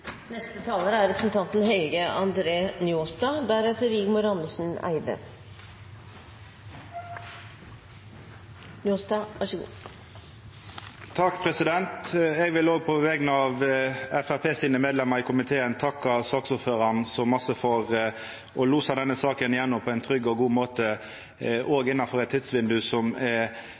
Eg vil på vegner av Framstegspartiets medlemer i komiteen òg takka saksordføraren så mykje for å losa denne saka igjennom på ein trygg og god måte, òg innanfor eit tidsvindauge som er